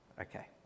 Okay